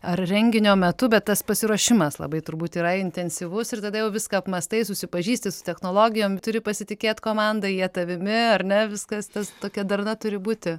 ar renginio metu bet tas pasiruošimas labai turbūt yra intensyvus ir tada jau viską apmąstai susipažįsti su technologijom turi pasitikėti komanda jie tavimi ar ne viskas tas tokia darna turi būti